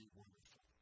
wonderful